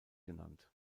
genannt